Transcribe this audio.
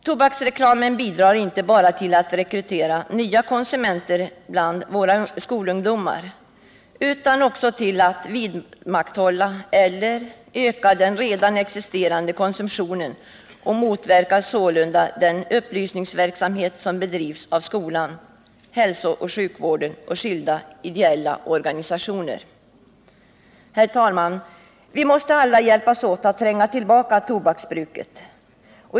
Tobaksreklamen bidrar inte bara till att det rekryteras nya konsumenter bland våra skolungdomar utan också till att man vidmakthåller eller ökar den redan existerande konsumtionen. Därmed motverkas sålunda den upplysningsverksamhet som bedrivs av skolan, hälsooch sjukvården och skilda ideella Herr talman! Vi måste alla hjälpas åt att tränga tillbaka tobaksbruket.